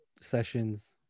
sessions